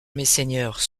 messeigneurs